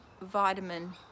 vitamin